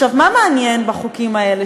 מה מעניין בחוקים האלה,